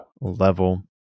level